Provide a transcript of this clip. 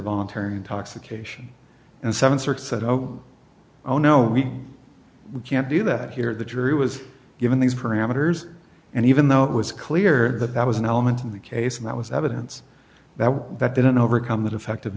voluntary intoxication and seven circ said oh oh no we can't do that here the jury was given these parameters and even though it was clear that that was an element in the case and that was evidence that that didn't overcome the defect